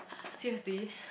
seriously